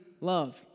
love